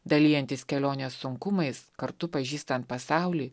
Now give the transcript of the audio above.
dalijantis kelionės sunkumais kartu pažįstant pasaulį